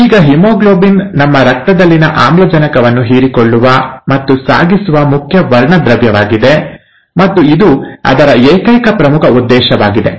ಈಗ ಹಿಮೋಗ್ಲೋಬಿನ್ ನಮ್ಮ ರಕ್ತದಲ್ಲಿನ ಆಮ್ಲಜನಕವನ್ನು ಹೀರಿಕೊಳ್ಳುವ ಮತ್ತು ಸಾಗಿಸುವ ಮುಖ್ಯ ವರ್ಣದ್ರವ್ಯವಾಗಿದೆ ಮತ್ತು ಇದು ಅದರ ಏಕೈಕ ಪ್ರಮುಖ ಉದ್ದೇಶವಾಗಿದೆ